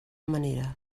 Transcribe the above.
manera